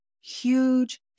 huge